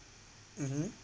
mmhmm